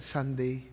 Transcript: Sunday